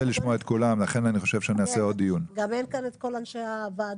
גם אין כאן את כל אנשי הוועדה.